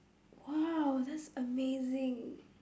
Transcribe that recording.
!wow! that's amazing